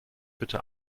bitte